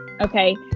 Okay